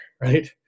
right